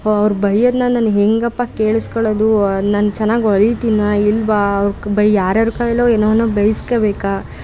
ಅವರು ಬೈಯೋದನ್ನು ನಾನು ಹೇಗಪ್ಪಾ ಕೇಳಿಸಿಕೊಳ್ಳೋದು ನಾನು ಚೆನ್ನಾಗಿ ಹೊಲಿತೀನಾ ಇಲ್ಲವಾ ಯಾರ್ಯಾರ ಕೈಯಲ್ಲೋ ಏನೇನೋ ಬೈಸ್ಕೊಬೇಕಾ